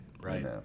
right